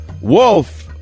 Wolf